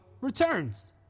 returns